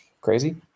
crazy